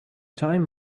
time